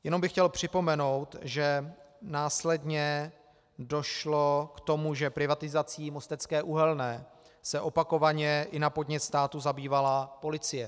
Jenom bych chtěl připomenout, že následně došlo k tomu, že privatizací Mostecké uhelné se opakovaně i na podnět státu zabývala policie.